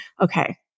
Okay